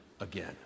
again